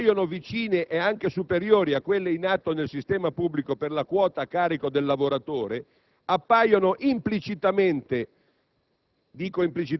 se appaiono vicine e anche superiori a quelle in atto nel sistema pubblico per la quota a carico del lavoratore, appaiono implicitamente